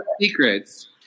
Secrets